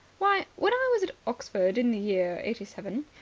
why, when i was at oxford in the year eighty seven,